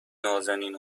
نــازنین